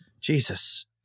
Jesus